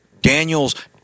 Daniels